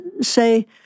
say